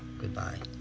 good-bye.